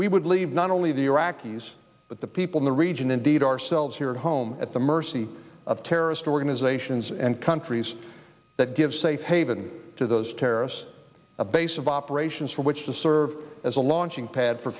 we would leave not only the iraqis but the people in the region indeed ourselves here at home at the mercy of terrorist organizations and countries that give safe haven to those terrorists a base of operations from which to serve as a launching pad for